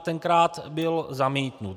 Tenkrát byl zamítnut.